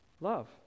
love